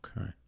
Okay